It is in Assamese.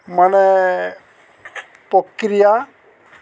মানে প্ৰক্ৰিয়া